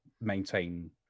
maintain